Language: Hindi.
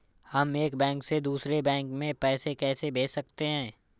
हम एक बैंक से दूसरे बैंक में पैसे कैसे भेज सकते हैं?